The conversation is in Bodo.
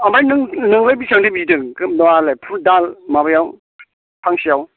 ओमफ्राय नोंलाय बेसेबांथो बिदों माबायालाय माबायाव दाल फांसेयाव